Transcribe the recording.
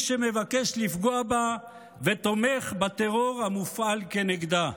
שמבקש לפגוע בה ותומך בטרור המופעל כנגדה,